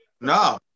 No